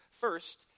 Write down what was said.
First